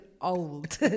old